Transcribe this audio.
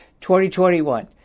2021